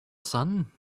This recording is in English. sun